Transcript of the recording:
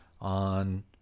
on